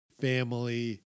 family